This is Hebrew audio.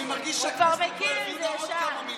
שאתה, עוד כמה מילים.